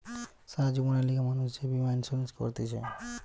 সারা জীবনের লিগে মানুষ যে বীমা ইন্সুরেন্স করতিছে